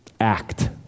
act